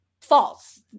false